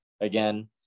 again